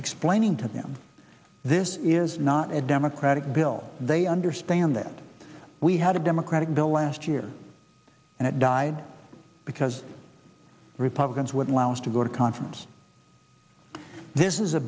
explaining to them this is not a democratic bill they understand that we had a democratic bill last year and it died because republicans would allow us to go to conference this is a